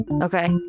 okay